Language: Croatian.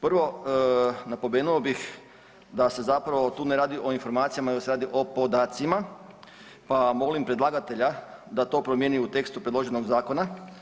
Prvo bih napomenuo da se zapravo tu ne radi o informacijama, nego se radi o podacima pa molim predlagatelja da to promijeni u tekstu predloženog zakona.